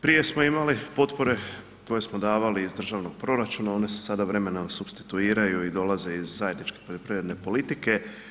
Prije smo imali potpore koje smo davali iz državnog proračuna, one su sada vremenom supstituiraju i dolaze iz zajedničke poljoprivredne politike.